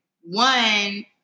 One